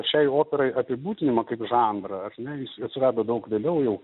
šiai operai apibūdinimą kaip žanrą ar ne atsirado daug vėliau jau